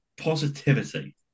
positivity